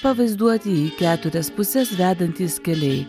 pavaizduoti į keturias puses vedantys keliai